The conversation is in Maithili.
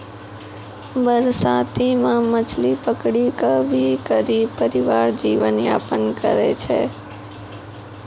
बरसाती मॅ मछली पकड़ी कॅ भी गरीब परिवार जीवन यापन करै छै